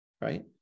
right